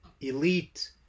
elite